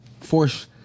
force